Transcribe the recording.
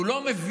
הוא לא מבין,